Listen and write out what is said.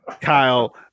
Kyle